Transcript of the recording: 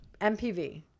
MPV